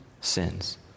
sins